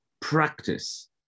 practice